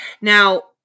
Now